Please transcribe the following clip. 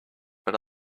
but